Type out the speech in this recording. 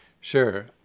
Sure